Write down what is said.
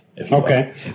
Okay